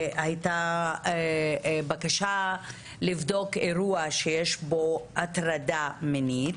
הייתה בקשה לבדוק אירוע שיש בו הטרדה מינית,